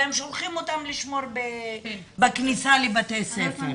והם שולחים אותם לשמור בכניסה לבתי ספר.